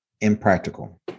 impractical